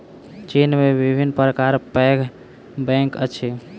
चीन में विभिन्न प्रकारक पैघ बैंक अछि